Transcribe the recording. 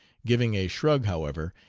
giving a shrug however,